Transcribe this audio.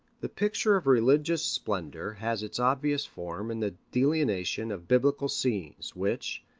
the picture of religious splendor has its obvious form in the delineation of biblical scenes, which,